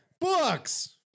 Books